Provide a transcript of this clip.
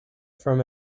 from